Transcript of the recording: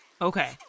Okay